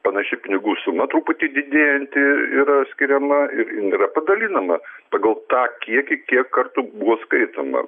panaši pinigų suma truputį didėjanti yra skiriama ir yra padalinama pagal tą kiekį kiek kartų buvo skaitoma